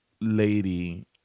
lady